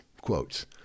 quotes